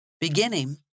beginning